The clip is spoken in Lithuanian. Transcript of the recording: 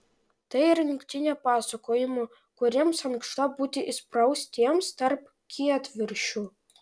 tai rinktinė pasakojimų kuriems ankšta būti įspraustiems tarp kietviršių